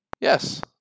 Yes